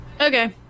Okay